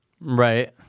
Right